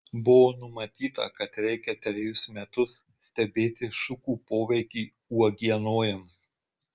buvo numatyta kad reikia trejus metus stebėti šukų poveikį uogienojams